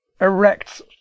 erect